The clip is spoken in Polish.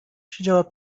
siedziała